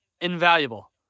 Invaluable